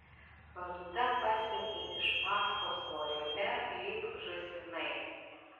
palyda pasekė iš paskos vorele lyg žąsinai